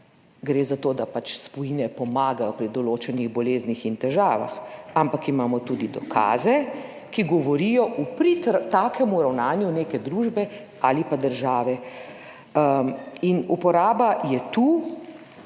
gre za to, da pač spojine pomagajo pri določenih boleznih in težavah, ampak imamo tudi dokaze, ki govorijo v prid takemu ravnanju neke družbe ali pa države. In uporaba je tu,